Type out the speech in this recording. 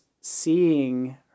seeing